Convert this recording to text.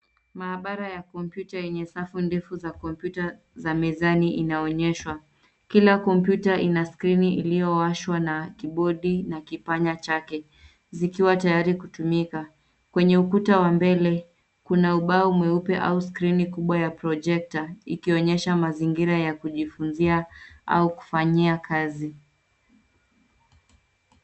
Maabara ya kompyuta yenye safu ndefu za kompyuta za mezani, inaonyeshwa. Kila kompyuta ina skrini iliyowashwa na kibodi na kipanya chake, zikiwa tayari kutumika. Kwenye ukuta wa mbele kuna ubao mweupe au skrini kubwa ya projekta, ikionyesha mazingira ya kujifunzia au kufanyia kazi.